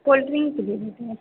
cold drinks भी रखें